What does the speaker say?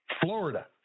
Florida